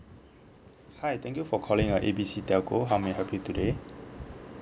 hi thank you for calling your A B C telco how may I help you today